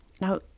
now